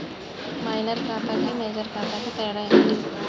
Minor ఖాతా కి major ఖాతా కి తేడా ఏంటి?